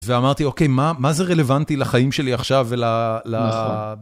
ואמרתי, אוקיי, מה זה רלוונטי לחיים שלי עכשיו ול...